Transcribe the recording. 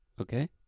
okay